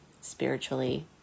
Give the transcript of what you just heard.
spiritually